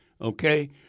okay